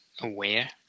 aware